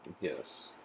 Yes